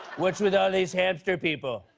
with with all these hamster people?